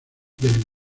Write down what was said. del